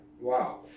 Wow